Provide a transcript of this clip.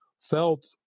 felt